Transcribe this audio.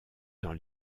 dans